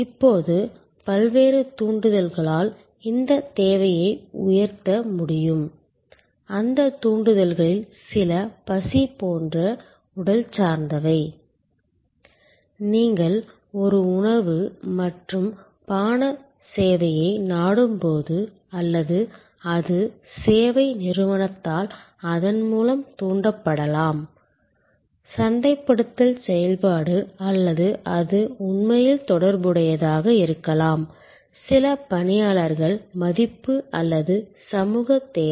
இப்போது பல்வேறு தூண்டுதல்களால் இந்த தேவையை உயர்த்த முடியும் அந்த தூண்டுதல்களில் சில பசி போன்ற உடல் சார்ந்தவை நீங்கள் ஒரு உணவு மற்றும் பான சேவையை நாடும்போது அல்லது அது சேவை நிறுவனத்தால் அதன் மூலம் தூண்டப்படலாம் சந்தைப்படுத்தல் செயல்பாடு அல்லது அது உண்மையில் தொடர்புடையதாக இருக்கலாம் சில பணியாளர்கள் மதிப்பு அல்லது சமூக தேவை